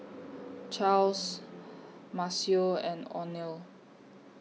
Charles Maceo and Oneal